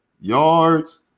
yards